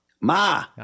Ma